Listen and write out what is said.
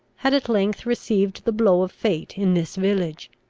had at length received the blow of fate in this village.